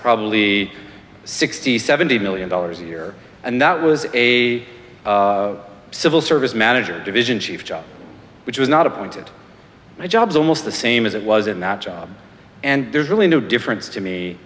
probably sixty seventy million dollars a year and that was a civil service manager division chief job which was not appointed by jobs almost the same as it was in that job and there's really no difference to me